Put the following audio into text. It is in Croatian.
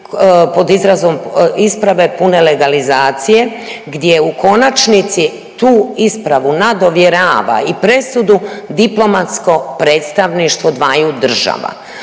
pod izrazom isprave pune legalizacije gdje u konačnici tu ispravu nadovjerava i presudu diplomatsko predstavništvo dvaju država.